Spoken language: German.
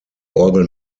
orgel